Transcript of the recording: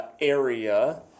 area